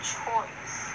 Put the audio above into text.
choice